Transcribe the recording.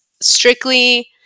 strictly